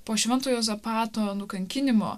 po švento juozapato nukankinimo